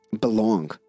belong